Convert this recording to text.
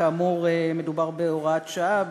כאמור, מדובר בהוראת שעה,